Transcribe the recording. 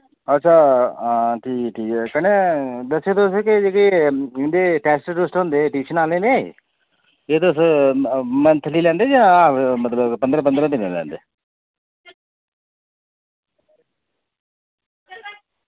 अच्छा हां ठीक ठीक ऐ कन्नै दस्सेओ तुस के जेह्ड़े इंदे टैस्ट टूस्ट होंदे टयूशन आह्लें दे एह् तुस मंथली लैंदे जां हाफ मतलब पंदरा पंदरा दिनै लैंदे